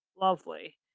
lovely